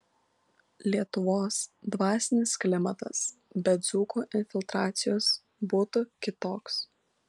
lietuvos dvasinis klimatas be dzūkų infiltracijos būtų kitoks